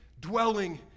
dwelling